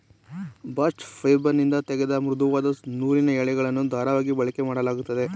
bast ಫೈಬರ್ನಿಂದ ತೆಗೆದ ಮೃದುವಾದ ನೂಲಿನ ಎಳೆಗಳನ್ನು ದಾರವಾಗಿ ಬಳಕೆಮಾಡಲಾಗುತ್ತದೆ